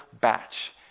batch